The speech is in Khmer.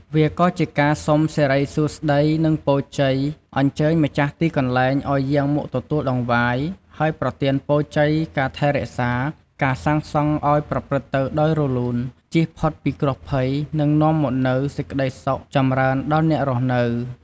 វាក៏ជាកាសុំសិរីសួស្តី និងពរជ័យ អញ្ជើញម្ចាស់ទីកន្លែងឲ្យយាងមកទទួលតង្វាយ ហើយប្រទានពរជ័យ ការពារថែរក្សា ការសាងសង់ឲ្យប្រព្រឹត្តទៅដោយរលូន ជៀសផុតពីគ្រោះភ័យ និងនាំមកនូវសេចក្តីសុខចម្រើនដល់អ្នករស់នៅ។